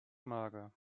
mager